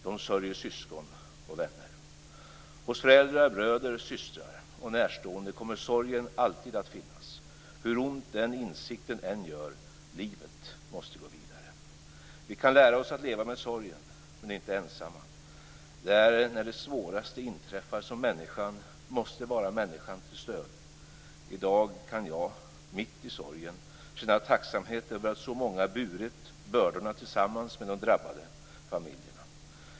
De sörjer syskon och vänner. Hos föräldrar, bröder, systrar och närstående kommer sorgen alltid att finnas. Hur ont den insikten än gör - livet måste gå vidare. Vi kan lära oss att leva med sorgen, men inte ensamma. Det är när det svåraste inträffar som människan måste vara människan till stöd. I dag kan jag, mitt i sorgen, känna tacksamhet över att så många burit bördorna tillsammans med de drabbade familjerna.